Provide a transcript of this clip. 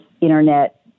Internet